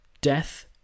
death